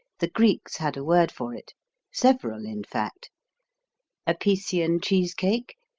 the greeks had a word for it several in fact apician cheese cake,